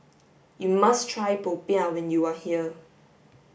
you must try popiah when you are here